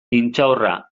intxaurra